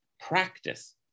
practice